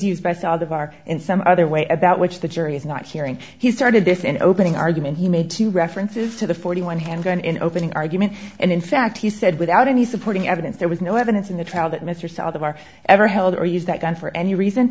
used by saw the bar in some other way about which the jury is not hearing he started this in opening argument he made references to the forty one handgun in opening argument and in fact he said without any supporting evidence there was no evidence in the trial that mr seldom are ever held or use that gun for any reason